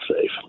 safe